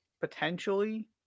potentially